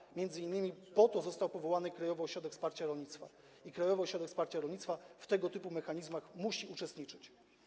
Po to m.in. został powołany Krajowy Ośrodek Wsparcia Rolnictwa i Krajowy Ośrodek Wsparcia Rolnictwa w tego typu mechanizmach musi uczestniczyć.